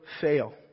fail